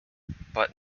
but